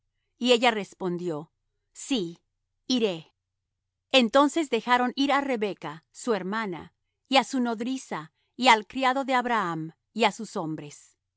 y ella respondió sí iré entonces dejaron ir á rebeca su hermana y á su nodriza y al criado de abraham y á sus hombres